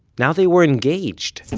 now they were engaged